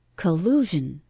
collusion!